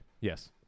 Yes